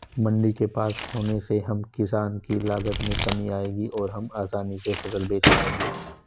मंडी के पास होने से हम किसान की लागत में कमी आएगी और हम आसानी से फसल बेच पाएंगे